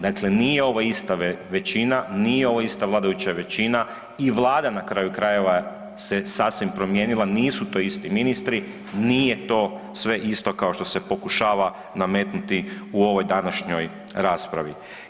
Dakle, nije ovo ista većina, nije ovo ista vladajuća većina i Vlada na kraju krajeva se sasvim promijenila, nisu to isti ministri, nije to sve isto kao što se pokušava nametnuti u ovoj današnjoj raspravi.